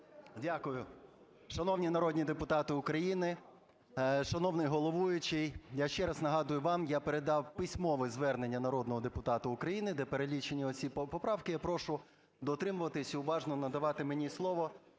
Дякую. Шановні народні депутати України! Шановний головуючий! Я ще раз нагадую вам, я передав письмове звернення народного депутата України, де перелічені усі поправки. Я прошу дотримуватись і уважно надавати мені слово